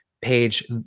page